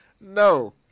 no